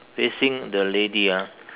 facing the lady ah